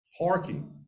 Parking